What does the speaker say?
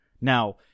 Now